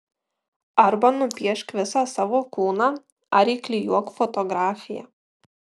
arba nupiešk visą savo kūną ar įklijuok fotografiją